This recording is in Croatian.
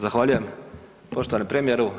Zahvaljujem poštovani premijeru.